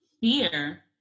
fear